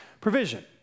provision